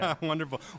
Wonderful